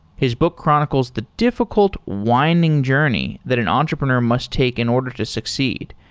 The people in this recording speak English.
his book chronicles the difficult, winding journey that an entrepreneur must take in order to succeed.